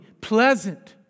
pleasant